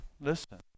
listen